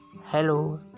hello